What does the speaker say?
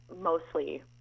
mostly